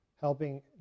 helping